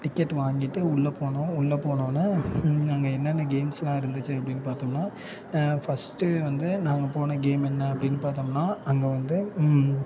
ticket வாங்கிட்டு உள்ளே போனோம் உள்ளே போனோடனே அங்கே என்னென்ன கேம்ஸ்லாம் இருந்துச்சு அப்படின்னு பார்த்தோம்னா ஃபஸ்ட்டு வந்து நாங்கள் போன கேம் என்ன அப்படின்னு பார்த்தோம்னா அங்கே வந்து